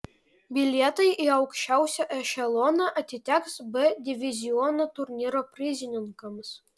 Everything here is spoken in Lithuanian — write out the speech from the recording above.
bilietai į aukščiausią ešeloną atiteks b diviziono turnyro prizininkams